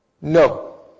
no